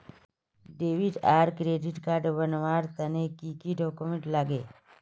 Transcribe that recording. Debit आर credit card बनवार तने की की डॉक्यूमेंट लागे?